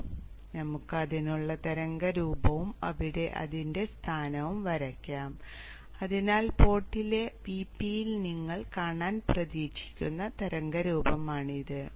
അതിനാൽ നമുക്ക് അതിനുള്ള തരംഗരൂപവും ഇവിടെ അതിന്റെ സ്ഥാനവും വരയ്ക്കാം അതിനാൽ പോർട്ടിലെ Vp ൽ നിങ്ങൾ കാണാൻ പ്രതീക്ഷിക്കുന്ന തരംഗരൂപമാണിത്